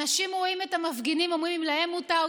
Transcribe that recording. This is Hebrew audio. אנשים רואים את המפגינים ואומרים: להם מותר,